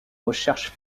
recherches